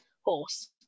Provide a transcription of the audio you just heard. horse